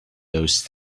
those